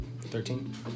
Thirteen